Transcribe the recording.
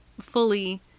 fully